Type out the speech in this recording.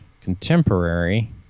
Contemporary